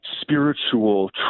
spiritual